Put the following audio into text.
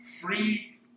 free